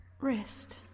rest